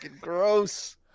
gross